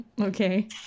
okay